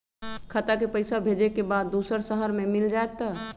खाता के पईसा भेजेए के बा दुसर शहर में मिल जाए त?